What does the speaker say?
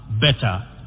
Better